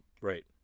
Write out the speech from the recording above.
Right